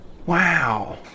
wow